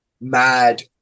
mad